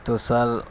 تو سر